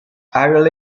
are